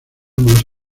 más